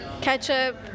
ketchup